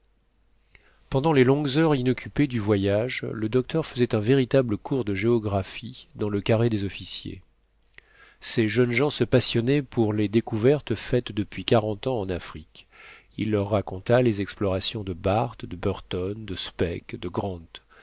pendant les longues heures inoccupées du voyage docteur faisait un véritable cours de géographie dans le carré des officiers ces jeunes gens se passionnaient pour les découvertes faites depuis quarante ans en afrique il leur raconta les explorations de barth de burton de speke de grant